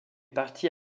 partie